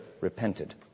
repented